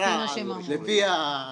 לפי --- לפי מה שהם אמרו.